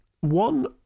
one